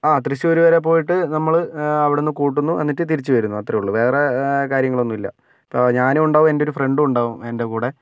ആ തൃശൂർ വരെ പോയിട്ട് നമ്മൾ അവിടുന്ന് കൂട്ടുന്നു എന്നിട്ട് തിരിച്ചു വരുന്നു അത്രേയുള്ളൂ വേറെ കാര്യങ്ങള് ഒന്നും ഇല്ല അപ്പോൾ ഞാനുമുണ്ടാവും എന്റെ ഒരു ഫ്രണ്ടും ഉണ്ടാവും എന്റെ കൂടെ